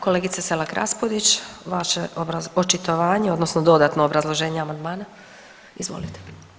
Kolegice Selak Raspudić vaše očitovanje odnosno dodatno obrazloženje amandmana, izvolite.